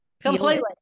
Completely